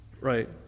Right